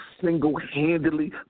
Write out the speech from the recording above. single-handedly